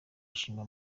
gushima